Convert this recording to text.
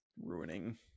ruining